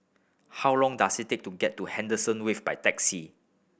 how long does it take to get to Henderson Wave by taxi